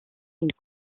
une